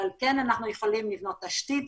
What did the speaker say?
אבל כן אנחנו יכולים לבנות תשתית